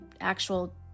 actual